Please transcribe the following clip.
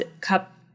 cup